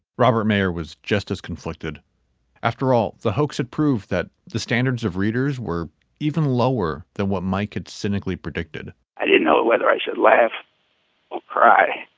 robert mayor was just as conflicted after all the hoax. it proved that the standards of readers were even lower than what mike had cynically predicted i didn't know whether i should laugh or cry.